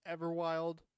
Everwild